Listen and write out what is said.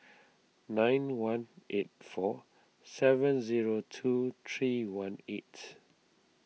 nine one eight four seven zero two three one eight